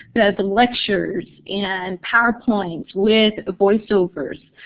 the lectures and powerpoints with voiceovers.